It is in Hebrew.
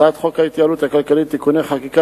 הצעת חוק ההתייעלות הכלכלית (תיקוני חקיקה